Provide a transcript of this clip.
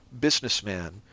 businessman